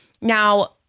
Now